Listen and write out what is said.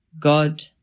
God